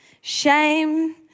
shame